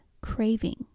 craving